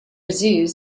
zoos